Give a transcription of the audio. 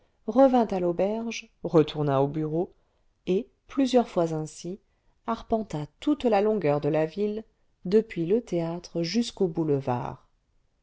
revint à l'auberge retourna au bureau et plusieurs fois ainsi arpenta toute la longueur de la ville depuis le théâtre jusqu'au boulevard